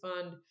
Fund